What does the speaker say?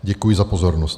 Děkuji za pozornost.